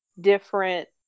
different